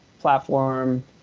platform